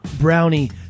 brownie